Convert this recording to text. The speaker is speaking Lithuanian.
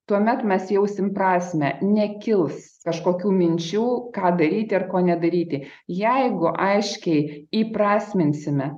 tuomet mes jausim prasmę nekils kažkokių minčių ką daryti ar ko nedaryti jeigu aiškiai įprasminsime